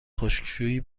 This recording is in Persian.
خشکشویی